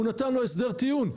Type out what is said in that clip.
הוא נתן לו הסדר טיעון.